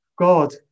God